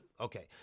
okay